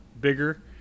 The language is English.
bigger